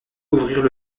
ouvrirent